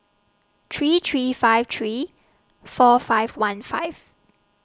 three three five three four five one five